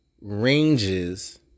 ranges